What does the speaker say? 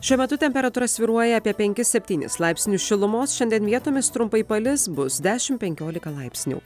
šiuo metu temperatūra svyruoja apie penkis septynis laipsnius šilumos šiandien vietomis trumpai palis bus dešim penkiolika laipsnių